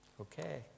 Okay